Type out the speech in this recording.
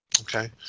Okay